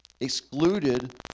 excluded